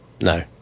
No